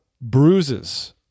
bruises